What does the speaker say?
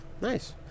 Nice